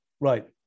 Right